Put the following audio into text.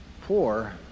poor